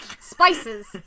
spices